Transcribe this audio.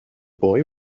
boy